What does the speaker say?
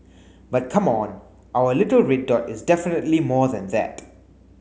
but come on our little red dot is definitely more than that